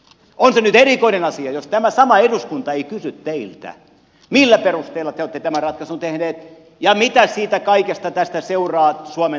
on se nyt erikoinen asia jos tämä sama eduskunta ei kysy teiltä millä perusteella te olette tämän ratkaisun tehneet ja mitä kaikesta tästä seuraa suomen takausvastuille